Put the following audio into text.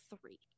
three